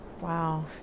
Wow